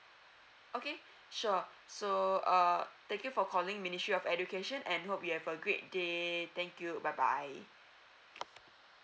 okay sure so uh thank you for calling ministry of education and hope you have a great day thank you bye bye